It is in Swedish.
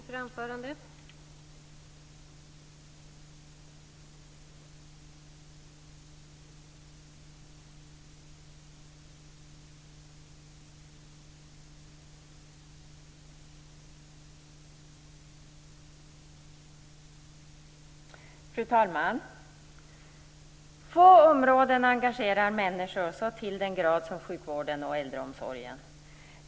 Fru talman! Få områden engagerar människor så till den grad som sjukvården och äldreomsorgen.